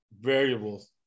variables